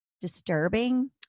disturbing